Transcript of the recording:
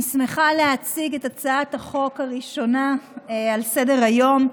אני שמחה להציג את הצעת החוק הראשונה על סדר-היום,